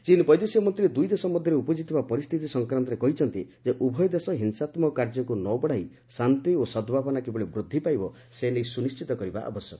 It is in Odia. ଚୀନ୍ ବୈଦେଶିକ ମନ୍ତ୍ରୀ ଦୁଇଦେଶ ମଧ୍ୟରେ ଉପୁଜିଥିବା ପରିସ୍ଥିତି ସଂକ୍ରାନ୍ତରେ କହିଛନ୍ତି ଯେ ଉଭୟ ଦେଶ ହିଂସାତ୍ମକ କାର୍ଯ୍ୟକୁ ନ ବଢ଼ାଇ ଶାନ୍ତି ଓ ସଦ୍ଭାବନା କିଭଳି ବୃଦ୍ଧିପାଇବ ସେ ନେଇ ସୁନିଶ୍ଚିତ କରିବା ଆବଶ୍ୟକ